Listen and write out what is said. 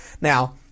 Now